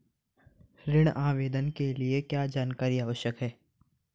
ऋण आवेदन के लिए क्या जानकारी आवश्यक है?